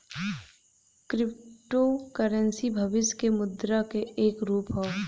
crypto currency भविष्य के मुद्रा क एक रूप हौ